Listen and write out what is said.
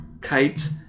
kite